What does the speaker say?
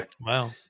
Wow